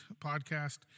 podcast